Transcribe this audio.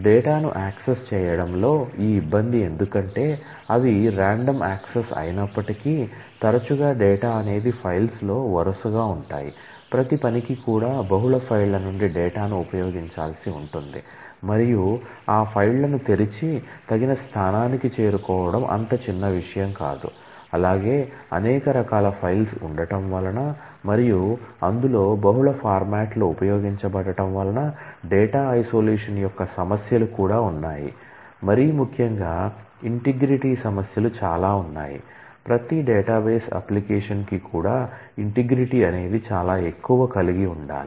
డేటాను యాక్సెస్ చేయడంలో ఈ ఇబ్బంది ఎందుకంటే అవి రాండమ్ యాక్సిస్ అనేది చాలా ఎక్కువ కలిగి ఉండాలి